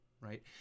Right